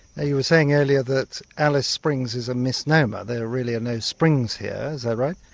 you were saying earlier that alice springs is a misnomer, there really are no springs here is that right?